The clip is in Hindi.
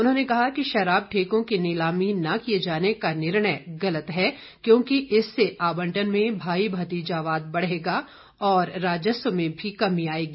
उन्होंने कहा कि शराब ठेको की नीलामी न किए जाने का निर्णय गलत है क्योंकि इससे आबंटन में भाई भतीजावाद बढ़ेगा और राजस्व में भी कमी आएगी